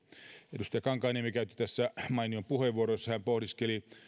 edustaja kankaanniemi käytti tässä mainion puheenvuoron jossa hän pohdiskeli